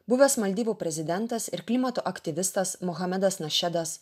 buvęs maldyvų prezidentas ir klimato aktyvistas muhamedas našedas